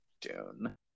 Dune